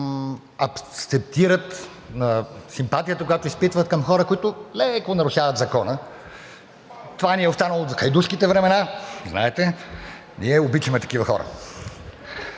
акцентират на симпатията, която изпитват към хора, които леко нарушават закона. Това ни е останало от хайдушките времена, знаете, ние обичаме такива хора.